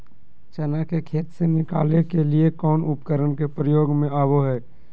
चना के खेत से निकाले के लिए कौन उपकरण के प्रयोग में आबो है?